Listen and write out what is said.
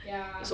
ya